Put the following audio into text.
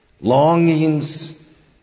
longings